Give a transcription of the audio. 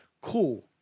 Cool